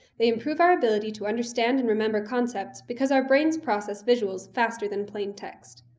they improve our ability to understand and remember concepts, because our brains process visuals faster than plain text.